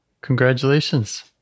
Congratulations